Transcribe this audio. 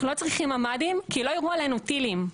אנחנו לא צריכים ממ"דים כי לא יירו עלינו טילים,